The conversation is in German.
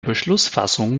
beschlussfassung